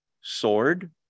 sword